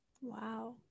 wow